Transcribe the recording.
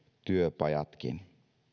työpajatkin